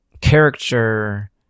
character